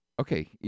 Okay